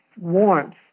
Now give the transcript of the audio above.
warmth